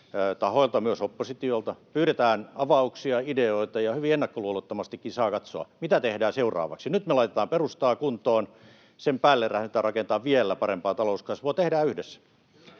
tahoilta, myös oppositiolta, pyydetään avauksia ja ideoita, ja hyvin ennakkoluulottomastikin saa katsoa, mitä tehdään seuraavaksi. Nyt me laitetaan perustaa kuntoon. Sen päälle lähdetään rakentamaan vielä parempaa talouskasvua. Tehdään yhdessä.